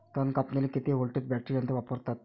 तन कापनीले किती व्होल्टचं बॅटरी यंत्र वापरतात?